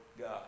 God